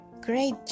Great